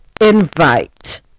invite